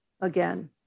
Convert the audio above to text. again